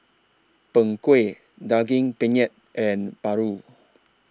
Png Kueh Daging Penyet and Paru